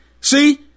see